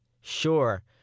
sure